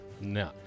No